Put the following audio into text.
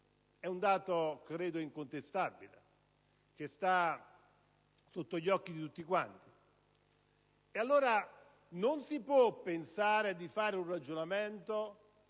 È un dato credo incontestabile, che sta sotto gli occhi di tutti quanti. Non si può pensare di fare un ragionamento